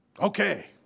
okay